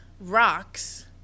Rocks